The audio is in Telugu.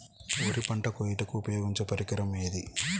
వరి పంట కోయుటకు ఉపయోగించే పరికరం ఏది?